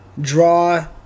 draw